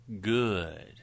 good